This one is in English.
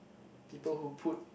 people who put